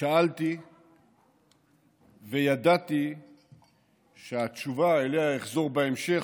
שאלתי וידעתי שהתשובה, שאליה אחזור בהמשך,